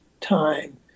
time